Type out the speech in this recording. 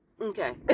okay